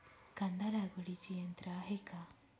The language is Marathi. कांदा लागवडीचे यंत्र आहे का?